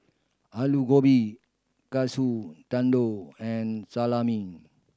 Alu Gobi Katsu Tendon and Salami